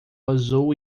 azul